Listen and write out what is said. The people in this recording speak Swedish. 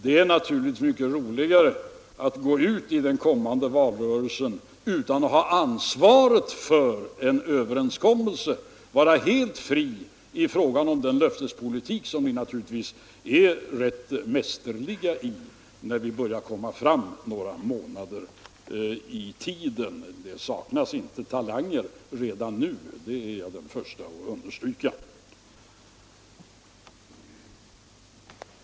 Det är naturligtvis mycket roligare att gå ut i den kommande valrörelsen utan att ha ansvaret för en överenskommelse, att vara helt fri i fråga om den löftespolitik som ni naturligtvis, när vi kommer fram några månader i tiden, kommer att visa att ni är rätt mästerliga i. Redan nu ser man att det inte saknas talanger. Det är jag den förste att understryka.